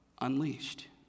unleashed